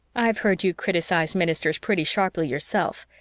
i've heard you criticise ministers pretty sharply yourself,